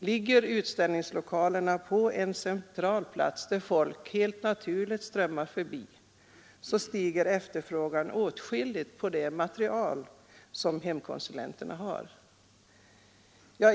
Ligger utställningslokalerna på en central plats, där folk helt naturligt strömmar förbi, stiger efterfrågan åtskilligt på det material som hemkonsulenterna har.